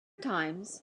times